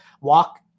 walk